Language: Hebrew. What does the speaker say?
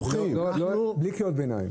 בטוחים בכך.